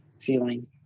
feeling